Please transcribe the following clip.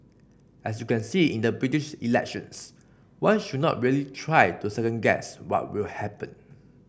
as you can see in the British elections one should not really try to second guess what will happen